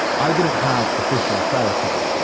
i didn't have official therapy,